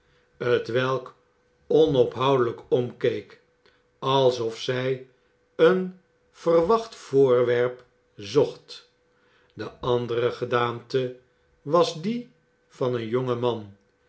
t welk onophoudelijk omkeek alsof zij een verwacht voorwerp zocht de andere gedaante was die van een jongen man